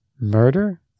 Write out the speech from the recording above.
murder